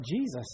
Jesus